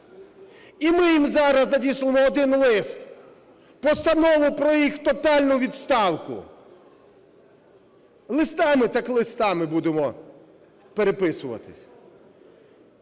І ми їм зараз надішлемо один лист – постанову про їх тотальну відставку. Листами – так листами будемо переписуватися.